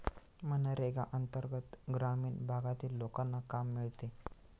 मनरेगा अंतर्गत ग्रामीण भागातील लोकांना काम मिळते